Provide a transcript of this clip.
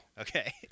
Okay